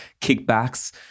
kickbacks